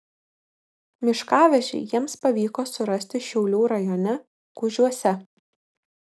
miškavežį jiems pavyko surasti šiaulių rajone kužiuose